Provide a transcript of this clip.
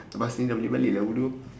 lepas ni dah boleh balik lah bodoh